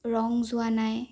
ৰং যোৱা নাই